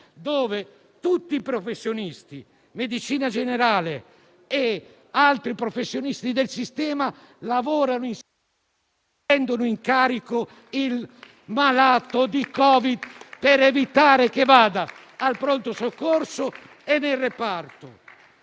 dove tutti i professionisti di medicina generale e altri professionisti del sistema lavorano e prendono in carico il malato di Covid per evitare che vada al Pronto soccorso e nei reparti.